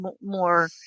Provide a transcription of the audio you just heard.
more